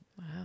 Wow